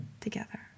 together